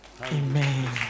Amen